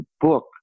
book